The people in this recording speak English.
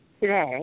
today